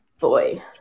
Boy